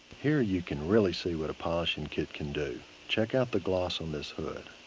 here, you can really see what a polishing kit can do. check out the gloss on this hood.